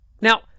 Now